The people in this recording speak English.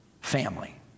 family